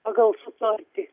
pagal sutartį